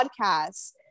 podcasts